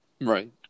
Right